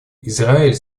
израиль